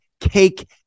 Cake